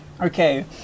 Okay